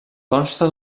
consta